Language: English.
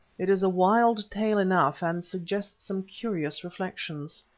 it is a wild tale enough, and suggests some curious reflections.